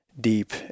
deep